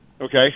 Okay